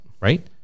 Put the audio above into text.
Right